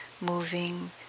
moving